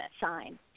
sign